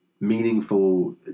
meaningful